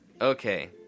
Okay